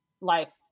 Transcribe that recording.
life